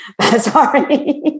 Sorry